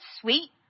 sweet